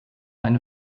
eine